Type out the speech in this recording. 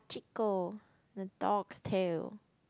Hachiko the dog's tale